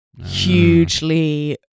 hugely